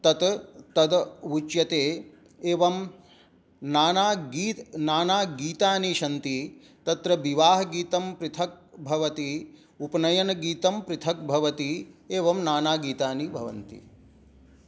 तत् तद् उच्यते एवं नाना गीत नानागीतानि सन्ति तत्र विवाहगीतं पृथक् भवति उपनयनगीतं पृथक् भवति एवं नानागीतानि भवन्ति